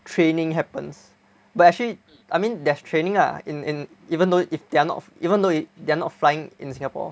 training happens but actually I mean there's training ah in in even though if they are not even though they are not flying in Singapore